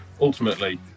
ultimately